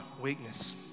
weakness